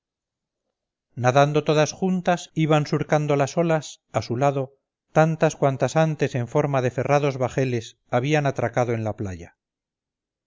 nadando todas juntas iban surcando las olas a su lado tantas cuantas antes en forma de ferrados bajeles habían atracado en la playa